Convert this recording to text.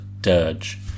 dirge